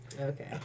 Okay